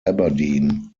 aberdeen